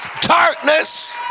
darkness